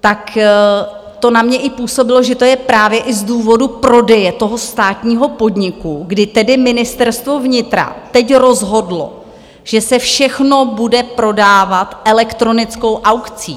tak to na mě i působilo, že to je právě i z důvodu prodeje toho státního podniku, kdy tedy Ministerstvo vnitra teď rozhodlo, že se všechno bude prodávat elektronickou aukcí.